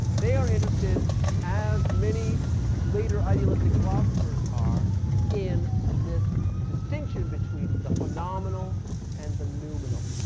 they are interested as many later idealistic philosophers are in this distinction between the phenomenal and the nominal.